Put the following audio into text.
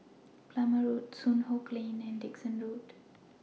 Plumer Road Soon Hock Lane and Dickson Road